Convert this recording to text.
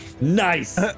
Nice